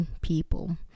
people